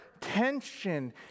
tension